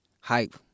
hype